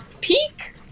peak